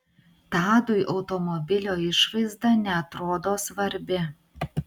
tadui automobilio išvaizda neatrodo svarbi